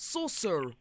Saucer